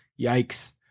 yikes